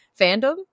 fandom